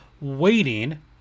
waiting